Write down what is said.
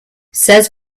says